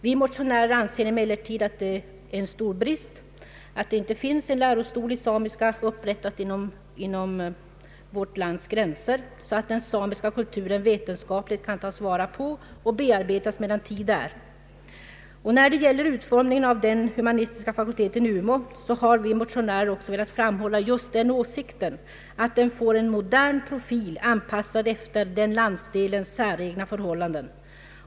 Vi motionärer anser emellertid att det är en stor brist att det inte finns en lärostol i samiska inom vårt lands gränser, så att man vetenskapligt kan ta vara på och bearbeta den samiska kulturen medan tid är. När det gäller utformningen av den humanistiska fakulteten i Umeå har vi motionärer också velat framhålla just den åsikten att den bör få en modern profil, anpassad efter den landsdelens säregna förhållanden.